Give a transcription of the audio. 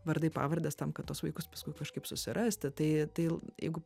vardai pavardės tam kad tuos vaikus paskui kažkaip susirasti tai tai jeigu